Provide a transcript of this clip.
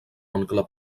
oncle